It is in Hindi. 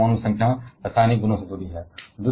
और इसलिए परमाणु संख्या रासायनिक गुणों से जुड़ी है